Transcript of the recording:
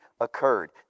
occurred